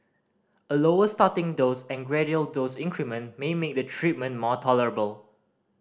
a lower starting dose and gradual dose increment may make the treatment more tolerable